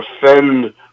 defend